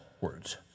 words